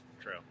True